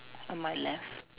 on my left